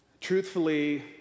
truthfully